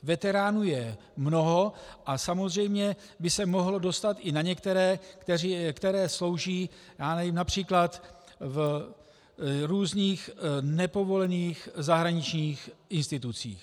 Veteránů je mnoho a samozřejmě by se mohlo dostat i na některé, kteří slouží například v různých nepovolených zahraničních institucích.